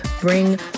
bring